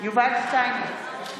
יובל שטייניץ,